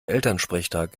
elternsprechtag